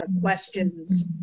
questions